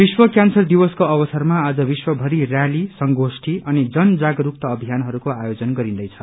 विश्व क्यांसर दिवसको अवसरमा आज विश्व भरि र्याली संगोष्ठी अनि जन जागरूक्ता अभियानहरूको आयोजन गरिन्दैछ